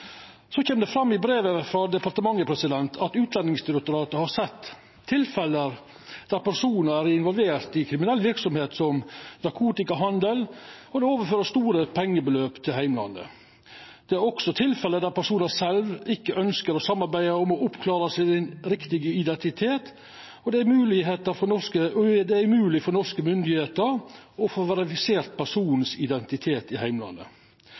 I brevet frå departementet kjem det fram at Utlendingsdirektoratet har sett tilfelle der personar er involverte i kriminell verksemd som narkotikahandel og overfører store pengebeløp til heimlandet. Det er også tilfelle der personane sjølve ikkje ønskjer å samarbeida om å oppklara den rette identiteten sin og det er umogleg for norske